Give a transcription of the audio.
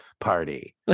party